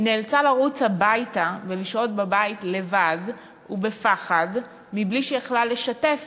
היא נאלצה לרוץ הביתה ולשהות בבית לבד ובפחד מבלי שיכלה לשתף